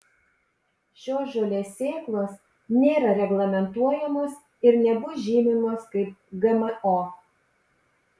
šios žolės sėklos nėra reglamentuojamos ir nebus žymimos kaip gmo